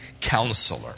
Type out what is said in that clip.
counselor